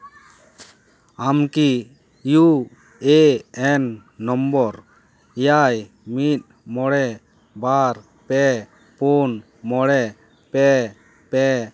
ᱟᱢᱠᱤ ᱤᱭᱩ ᱮᱹ ᱮᱱ ᱱᱚᱢᱵᱚᱨ ᱮᱭᱟᱭ ᱢᱤᱫ ᱢᱚᱬᱮ ᱵᱟᱨ ᱯᱮ ᱯᱩᱱ ᱢᱚᱬᱮ ᱯᱮ ᱯᱮ